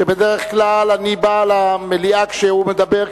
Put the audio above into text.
שבדרך כלל אני בא למליאה כשהוא מדבר,